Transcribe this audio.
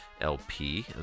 LP